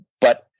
But-